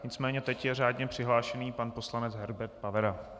Nicméně teď je řádně přihlášený pan poslanec Herbert Pavera.